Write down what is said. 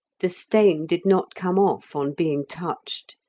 the stain did not come off on being touched,